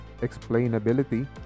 explainability